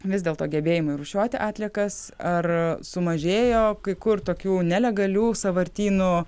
vis dėlto gebėjimai rūšiuoti atliekas ar sumažėjo kai kur tokių nelegalių sąvartynų